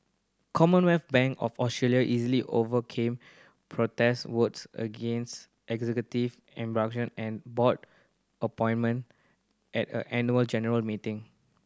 Commonwealth Bank of Australia easily overcame protest votes against executive and board appointment at a annual general meeting